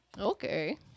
Okay